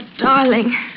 darling